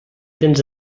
tens